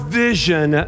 vision